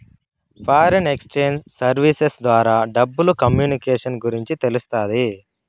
foreign exchange services ద్వారా డబ్బులు communications గురించి తెలుస్తాది